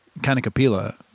Kanakapila